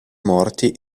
morti